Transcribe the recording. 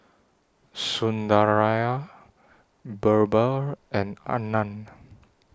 Sundaraiah Birbal and Anand